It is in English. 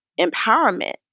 empowerment